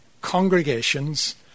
congregations